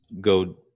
go